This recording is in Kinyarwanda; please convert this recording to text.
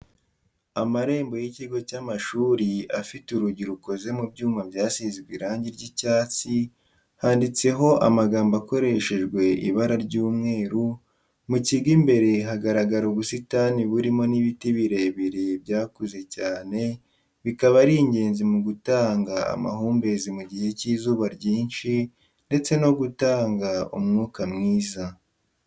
Amarembo y'ikigo cy'amashuri afite urugi rukoze mu byuma byasizwe irangi ry'icyatsi handitseho amagambo akoreshejwe ibara ry'umweru, mu kigo imbere hagaragara ubusitani burimo n'ibiti birebire byakuze cyane bikaba ari ingenzi mu gutanga amahumbezi mu gihe cy'izuba ryinshi ndetse no gutanga umwuka mwiza.